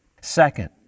Second